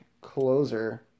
closer